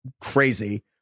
crazy